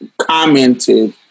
commented